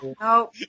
no